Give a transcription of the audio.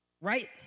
Right